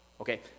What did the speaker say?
Okay